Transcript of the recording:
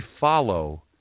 follow